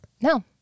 No